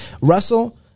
Russell